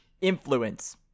influence